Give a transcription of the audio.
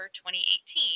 2018